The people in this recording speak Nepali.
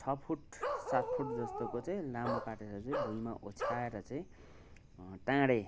छ फुट सात फुट जस्तोको चाहिँ लामो काटेर चाहिँ भुँइमा ओछ्याएर चाहिँ टाँडे